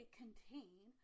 contain